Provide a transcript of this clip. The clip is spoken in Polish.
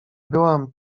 byłam